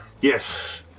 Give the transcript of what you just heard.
Yes